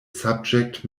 subject